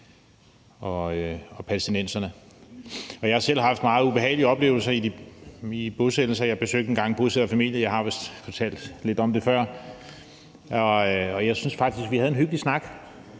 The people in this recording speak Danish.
og palæstinenserne, og jeg har selv haft meget ubehagelige oplevelser i bosættelser. Jeg besøgte engang en bosætterfamilie – jeg har vist fortalt lidt om det før – og jeg syntes faktisk, vi havde en hyggelig snak.